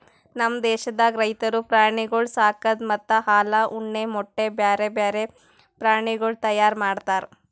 ನಮ್ ದೇಶದಾಗ್ ರೈತುರು ಪ್ರಾಣಿಗೊಳ್ ಸಾಕದ್ ಮತ್ತ ಹಾಲ, ಉಣ್ಣೆ, ಮೊಟ್ಟೆ, ಬ್ಯಾರೆ ಬ್ಯಾರೆ ಪ್ರಾಣಿಗೊಳ್ ತೈಯಾರ್ ಮಾಡ್ತಾರ್